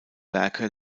werke